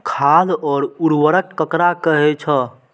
खाद और उर्वरक ककरा कहे छः?